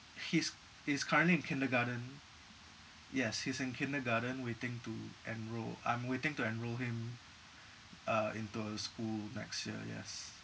he's he's currently in kindergarten yes he's in kindergarten waiting to enroll I'm waiting to enroll him uh into a school next year yes